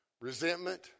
resentment